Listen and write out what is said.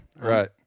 Right